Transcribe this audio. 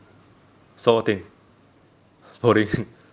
saw what thing boring